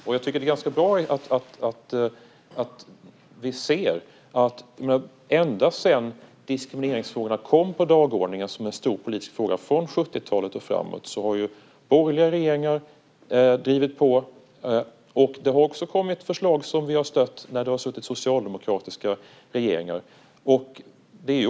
Jag tycker att det är ganska bra att vi ser att ända sedan diskrimineringsfrågorna kom på dagordningen som en stor politisk fråga, från 70-talet och framåt, så har borgerliga regeringar drivit på, och det har också kommit förslag som vi har stött när det har suttit socialdemokratiska regeringar.